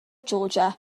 georgia